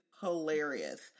hilarious